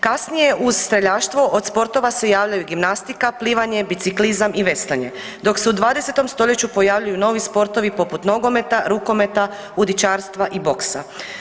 Kasnije uz streljaštvo, od sportova se javljaju gimnastika, plivanje, biciklizam i veslanje, dok se u 20. st. pojavljuju novi sportovi poput nogometa, rukometa, udičarstva i boksa.